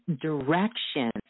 directions